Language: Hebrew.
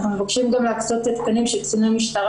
אנחנו מבקשים גם להקצות תקנים של קציני משטרה